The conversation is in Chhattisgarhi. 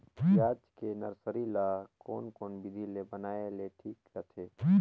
पियाज के नर्सरी ला कोन कोन विधि ले बनाय ले ठीक रथे?